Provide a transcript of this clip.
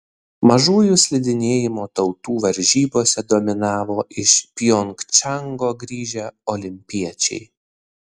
mažųjų slidinėjimo tautų varžybose dominavo iš pjongčango grįžę olimpiečiai